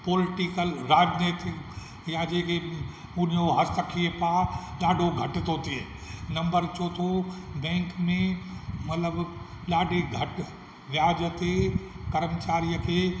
political राॼनितिक या जेके हुनजो हस्तक्षेप आहे ॾाढो घटि थो थिए नम्बर चोथों बैंक में मतलबु ॾाढे घटि व्याज ते करमचारीअ खे